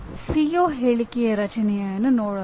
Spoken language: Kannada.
ಸಿಒ ಹೇಳಿಕೆಯ ರಚನೆಯನ್ನು ನೋಡೋಣ